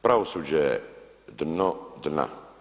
Pravosuđe je dno dna.